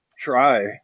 try